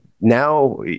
now